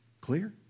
Clear